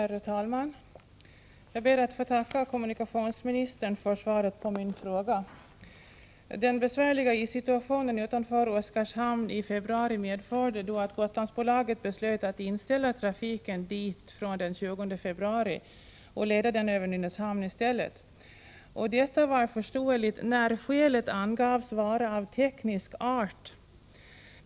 Herr talman! Jag ber att få tacka kommunikationsministern för svaret på min fråga. Den besvärliga issituationen utanför Oskarshamn i februari medförde att Gotlandsbolaget beslöt att inställa trafiken dit från den 20 februari och leda den över Nynäshamn i stället. Detta var förståeligt när skälet angavs vara av teknisk art.